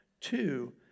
Two